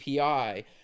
API